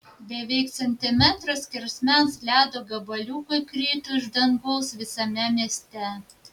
beveik centimetro skersmens ledo gabaliukai krito iš dangaus visame mieste